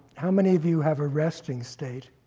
how many of you have a resting state?